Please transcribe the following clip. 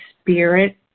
spirit